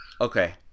Okay